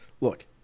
Look